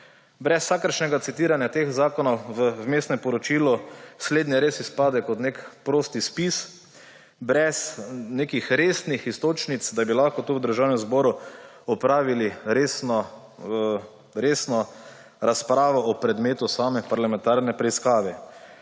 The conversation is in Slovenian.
Brez vsakršnega citiranja teh zakonov v Vmesnem poročilu slednje res izpade kot nek prosti spis brez nekih resnih iztočnic, da bi lahko v Državnem zboru opravili resno razpravo o predmetu same parlamentarne preiskave.